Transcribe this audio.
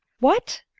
what!